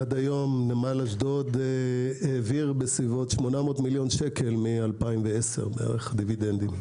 עד היום נמל אשדוד העביר כ-800 מיליון שקל מ-2010 דיבידנדים,